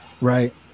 Right